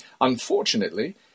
Unfortunately